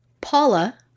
Paula